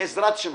בעזרת השם.